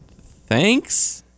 Thanks